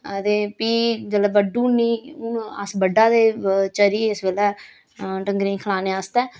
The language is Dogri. ते फ्ही जेल्लै बड्डू उड़नी हून अस बड्डा दे चर्री इस बेल्लै डंगरें खलाने आस्तै